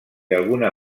alguna